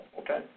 okay